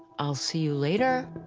i'll see you later,